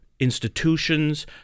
institutions